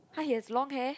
!huh! he has long hair